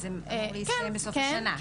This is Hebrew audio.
אז זה אמור להסתיים בסוף השנה.